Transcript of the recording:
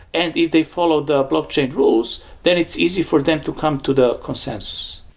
and if they follow the blockchain rules, then it's easy for them to come to the consensus.